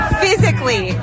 physically